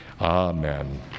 Amen